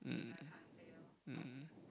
mm mm